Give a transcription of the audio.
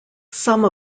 some